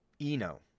Eno